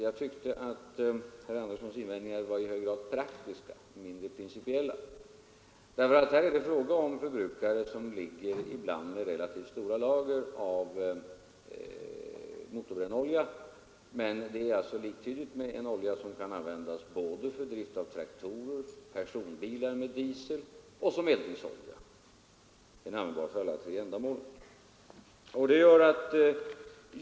Jag tyckte att herr Anderssons invändningar var i hög grad praktiska och mindre principiella därför att här är det fråga om förbrukare som ibland ligger med relativt stora lager av motorbrännolja, en olja som kan användas för drift av traktorer, personbilar med dieselmotorer och som eldningsolja. Den är användbar för alla dessa tre ändamål.